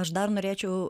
aš dar norėčiau